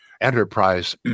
enterprise